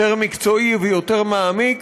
יותר מקצועי ויותר מעמיק,